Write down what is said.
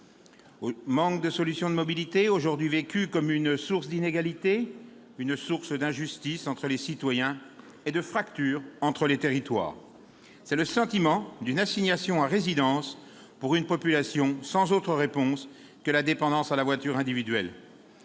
le manque de solutions de mobilité, aujourd'hui vécu comme une source d'inégalités et d'injustices entre les citoyens comme de fractures entre les territoires. Cela donne le sentiment d'une assignation à résidence à une population sans autre réponse que la dépendance à la voiture individuelle.